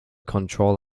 control